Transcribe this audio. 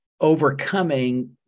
overcoming